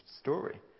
story